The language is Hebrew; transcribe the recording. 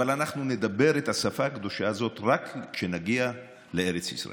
אבל אנחנו נדבר את השפה הקדושה הזאת רק כשנגיע לארץ ישראל.